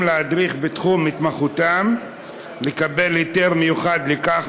להדריך בתחום התמחותם לקבל היתר מיוחד לכך,